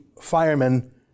firemen